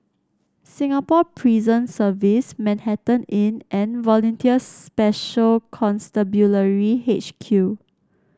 Singapore Prison Service Manhattan Inn and Volunteer Special Constabulary H Q